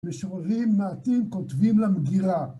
משוררים מעטים כותבים למגירה.